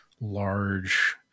large